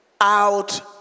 out